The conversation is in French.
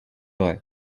vrai